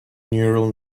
neural